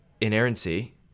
inerrancy